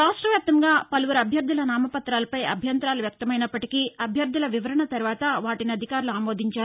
రాష్టవ్యాప్తంగా పలువురు అభ్యర్థల నామపతాలపై అభ్యంతరాలు వ్యక్తమైనప్పటికీఅభ్యర్థల వివరణ తర్వాత వాటిని అధికారులు ఆమోదించారు